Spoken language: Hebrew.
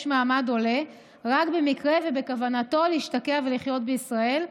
מעמד עולה רק במקרה שבכוונתו להשתקע ולחיות בישראל.